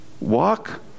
walk